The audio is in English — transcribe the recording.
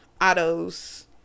Otto's